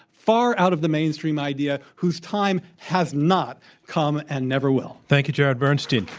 far out of the mainstream idea whose time has not come and never will. thank you, jared bernstein.